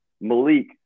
Malik